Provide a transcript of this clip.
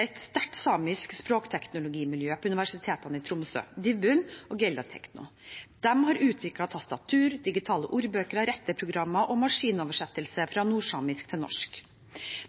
et sterkt samisk språkteknologimiljø ved Universitetet i Tromsø – Divvun og Giellatekno. De har utviklet tastatur, digitale ordbøker, retteprogrammer og maskinoversettelse fra nordsamisk til norsk.